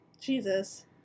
Jesus